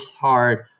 hard